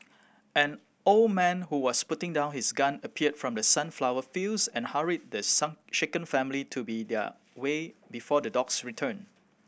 an old man who was putting down his gun appeared from the sunflower fields and hurried the sun shaken family to be their way before the dogs return